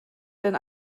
denn